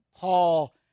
Paul